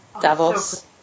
Davos